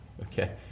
okay